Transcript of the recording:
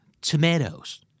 tomatoes